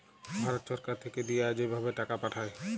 ভারত ছরকার থ্যাইকে দিঁয়া যে ভাবে টাকা পাঠায়